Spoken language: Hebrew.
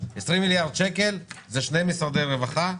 20 מיליארד שקל זה שני משרדי רווחה,